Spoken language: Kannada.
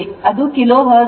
ಅದು ಕಿಲೋ ಹರ್ಟ್ಜ್ ಆಗಿತ್ತು